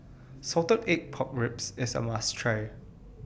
Salted Egg Pork Ribs IS A must Try